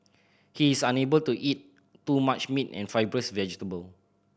he is unable to eat too much meat and fibrous vegetable